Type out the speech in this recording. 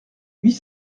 huit